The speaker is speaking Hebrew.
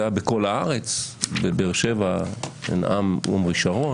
זה היה בכל הארץ: בבאר שבע נאם עמרי שרון,